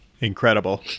Incredible